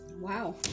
Wow